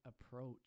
approach